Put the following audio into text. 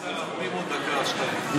אנחנו